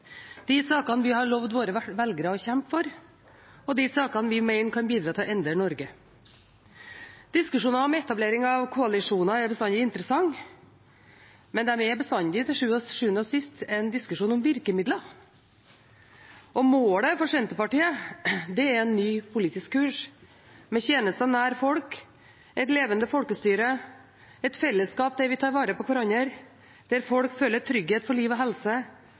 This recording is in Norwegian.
de sakene vi har lovet våre velgere å kjempe for, og de sakene vi mener kan bidra til å endre Norge. Diskusjoner om etablering av koalisjoner er bestandig interessante, men de er bestandig til sjuende og sist en diskusjon om virkemidler. Målet for Senterpartiet er en ny politisk kurs, med tjenester nær folk, et levende folkestyre, et fellesskap der vi tar vare på hverandre, der folk føler trygghet for liv og helse,